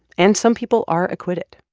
and some people are acquitted